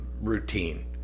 routine